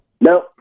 No